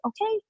okay